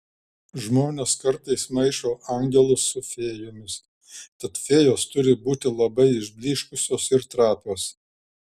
žmonės kartais maišo angelus su fėjomis tad fėjos turi būti labai išblyškusios ir trapios